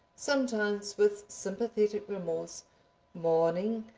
sometimes with sympathetic remorse mourning,